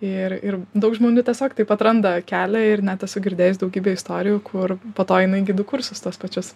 ir ir daug žmonių tiesiog taip atranda kelią ir net esu girdėjus daugybę istorijų kur po to eina į gidų kursus tuos pačius